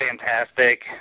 fantastic